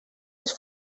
les